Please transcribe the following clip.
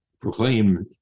proclaim